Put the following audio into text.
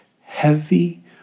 heavy